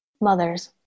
mothers